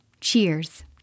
Cheers